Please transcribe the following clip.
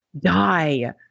die